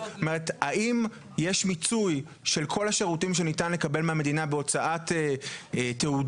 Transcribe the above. האם יש מיצוי של כל השירותים שניתן לקבל מהמדינה בהוצאת תעודות,